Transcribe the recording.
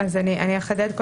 אני אחדד.